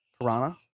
Piranha